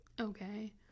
okay